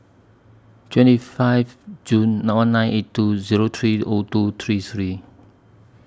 twenty five June one nine eight two Zero three O two three three